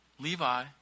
Levi